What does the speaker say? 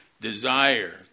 desire